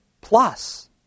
plus